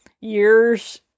years